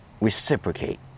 reciprocate